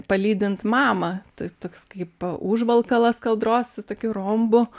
palydint mamą tai toks kaip užvalkalas kaldros su tokiu rombu